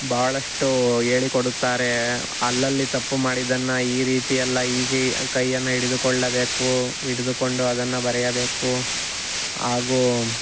ಭಾಳಷ್ಟು ಹೇಳಿಕೊಡುತ್ತಾರೆ ಅಲ್ಲಲ್ಲಿ ತಪ್ಪು ಮಾಡಿದ್ದನ್ನು ಈ ರೀತಿಯೆಲ್ಲ ಹೀಗೆ ಕೈಯನ್ನು ಹಿಡಿದುಕೊಳ್ಳಬೇಕು ಹಿಡಿದುಕೊಂಡು ಅದನ್ನು ಬರೆಯಬೇಕು ಹಾಗೂ